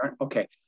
Okay